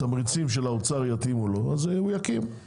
אם התמריצים של האוצר יתאימו לו, אז הוא יקים.